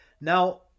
Now